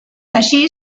així